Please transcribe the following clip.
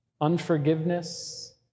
unforgiveness